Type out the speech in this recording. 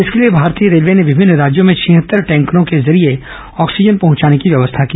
इसके लिए भारतीय रेलवे ने विभिन्न राज्यों में छिहत्तर टैंकरों के जरिये ऑक्सीजन पहुंचाने की व्यवस्था की